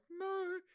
no